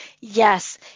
Yes